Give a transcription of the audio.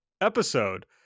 episode